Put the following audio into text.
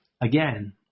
again